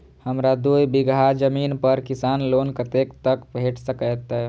हमरा दूय बीगहा जमीन पर किसान लोन कतेक तक भेट सकतै?